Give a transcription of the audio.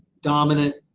dominant,